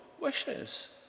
wishes